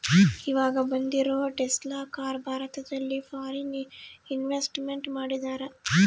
ಈವಾಗ ಬಂದಿರೋ Tesla car ಭಾರತದಲ್ಲಿ ಫಾರಿನ್ ಇನ್ವೆಸ್ಟ್ಮೆಂಟ್ ಮಾಡಿದರಾ